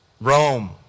Rome